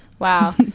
Wow